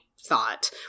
thought